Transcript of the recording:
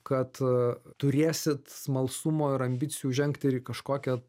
kad turėsit smalsumo ir ambicijų žengt ir į kažkokią